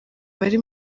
bari